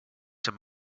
gold